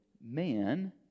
man